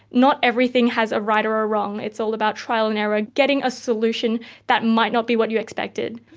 not everything has a right or or wrong, it's all about trial and error, getting a solution that might not be what you expected.